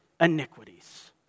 iniquities